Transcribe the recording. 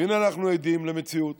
והינה, אנחנו עדים למציאות